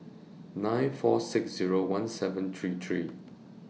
nine four six Zero one seven three three